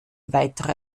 weitere